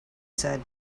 said